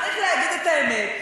צריך להגיד את האמת,